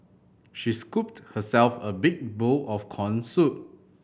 she scooped herself a big bowl of corn soup